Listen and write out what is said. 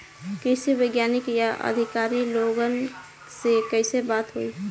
कृषि वैज्ञानिक या अधिकारी लोगन से कैसे बात होई?